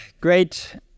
great